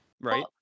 Right